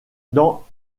dans